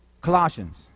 Colossians